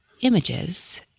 images